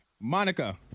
Monica